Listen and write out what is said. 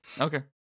Okay